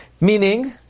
meaning